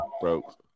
broke